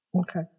Okay